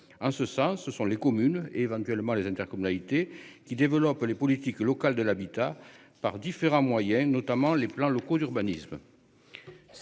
en ce sens, ce sont les communes éventuellement les intercommunalités qui développent les politiques locales de l'habitat, par différents moyens, notamment les plans locaux d'urbanisme.